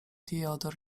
theodor